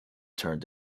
turned